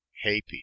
happy